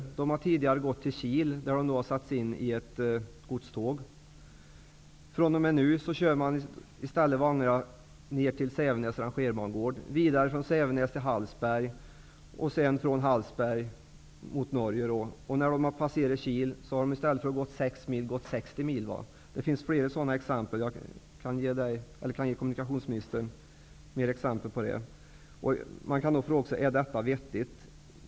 Vagnarna har tidigare gått till Kil, där de har satts in i ett godståg. fr.o.m. nu kör man i stället vagnar ner till Sävenäs rangerbangård, vidare från Sävenäs till Hallsberg, och sedan från Hallsberg mot Norge. När de passerar Kil har de i stället för att ha åkt 6 mil åkt 60 mil. Jag kan ge kommunikationsministern flera sådana exempel. Man kan då fråga sig om detta är vettigt.